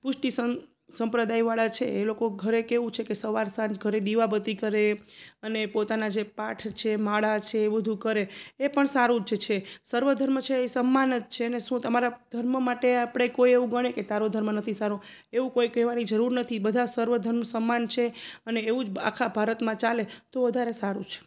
પુષ્ટિસન સંપ્રદાયવાળા છે એ લોકો ઘરે કેવું છે કે સવાર સાંજ ઘરે દીવાબત્તી કરે અને પોતાના જે પાઠ છે માળા છે એ બધું કરે એ પણ સારું જ છે સર્વધર્મ છે એ સમાન જ છે શું તમારા ધર્મ માટે આપણે કોઈ એવું ગણે કે તારો ધર્મ નથી સારો એવું કોઈ કહેવાની જરૂર નથી બધા સર્વધર્મ સમાન છે અને એવું જ આખા ભારતમાં ચાલે તો વધારે સારું છે